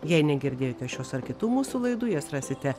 jei negirdėjote šios ar kitų mūsų laidų jas rasite